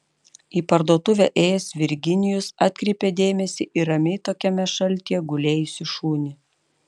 į parduotuvę ėjęs virginijus atkreipė dėmesį į ramiai tokiame šaltyje gulėjusį šunį